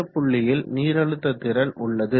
இந்த புள்ளியில் நீரழுத்த திறன் உள்ளது